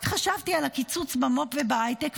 רק חשבתי על הקיצוץ במו"פ ובהייטק,